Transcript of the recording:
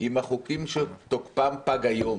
עם החוקים שתוקפם פג היום